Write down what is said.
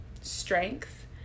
strength